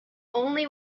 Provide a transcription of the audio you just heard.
only